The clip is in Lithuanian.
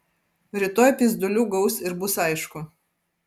rytoj pyzdulių gaus ir bus aišku